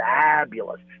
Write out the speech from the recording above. fabulous